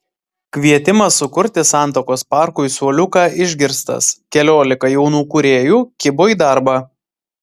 kvietimas sukurti santakos parkui suoliuką išgirstas keliolika jaunų kūrėjų kibo į darbą